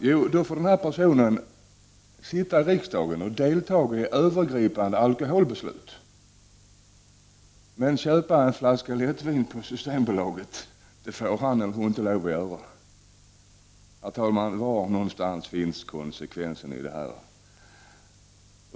Jo, då får den här personen delta i övergripande alkoholbeslut, men köpa en flaska lättvin på Systembolaget får han eller hon inte lov att göra. Herr talman! Var någonstans finns konsekvensen i detta?